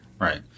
Right